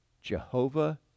Jehovah